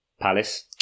Palace